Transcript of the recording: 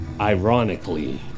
Ironically